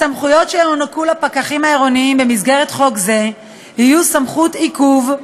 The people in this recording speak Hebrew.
הסמכויות שיוענקו לפקחים העירוניים במסגרת חוק זה יהיו סמכות עיכוב,